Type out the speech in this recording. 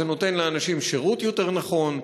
זה נותן לאנשים שירות יותר נכון,